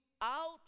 out